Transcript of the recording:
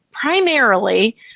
primarily